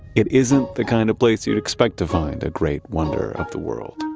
it isn't the kind of place you'd expect to find a great wonder of the world.